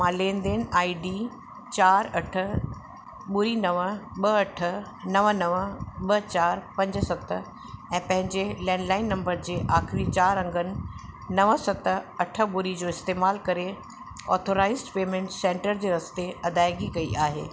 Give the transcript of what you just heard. मां लेनदेन आईडी चारि अठ ॿुड़ी नव ॿ अठ नव नव ॿ चारि पंज सत ऐं पंहिंजे लैंडलाइन नंबर जे आखिरी चारि अंगनि नव सत अठ ॿुड़ी जो इस्तेमाल करे ऑथराइज़्ड पेमेंट सेन्टर जे रस्ते अदाइगी कई आहे